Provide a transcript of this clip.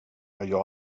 jag